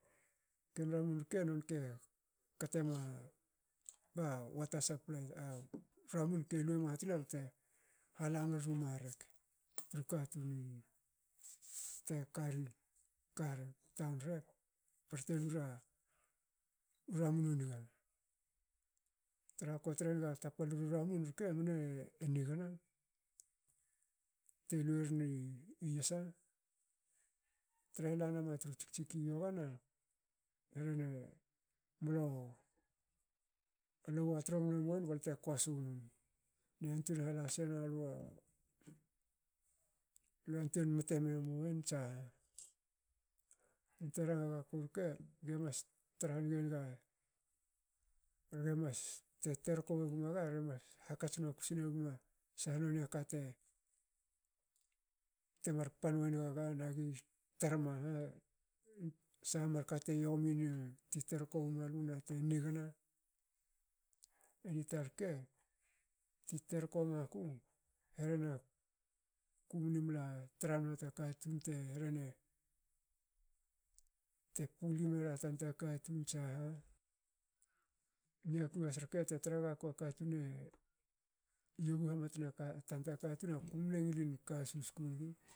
Ken ramun rke nonte katema ba wata saplai. a ramun ke luema tina bte hala meruma rek tru katun te kari taun rek barte lura ramun u niga. traha ko trenaga tapalru ramun rke mne enigna telue rin i yasa trahe lanama tru tskitski yogana. rhene mlo- ale wa tromne muen balte kosunum. ne yantuen hala senalua. le yantuen mte me muen tsa hen te ranga gaku rke ge mas tra ha nige naga. ge mas te terko won gaga ge mas hakats nokus neguma sha nonia kate mar pan wen gaga nagi tar ma sha mar kate yomina ti terko womalu nate nigna. Itar rke tu terko maku. herena kumni mla tra ma ta katun te hrene te puli mera tanta katun tsaha niaku has rke te tre gakua katun e yobu hametna tanta katun. kumne ngilin hasusku nigi